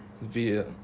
Via